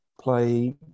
Play